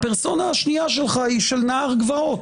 והשנייה שלך היא של נער גבעות,